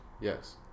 Yes